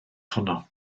honno